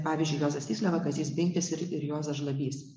pavyzdžiui juozas tysliava kazys binkis ir juozas žlabys